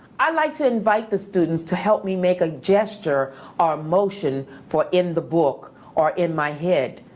i like to invite the students to help me make a gesture or motion for in the book or in my head.